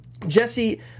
Jesse